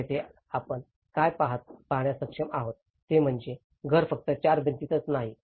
तर येथे आपण काय पाहण्यास सक्षम आहोत ते म्हणजे घर फक्त चार भिंतीच नाही